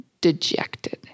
dejected